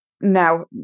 now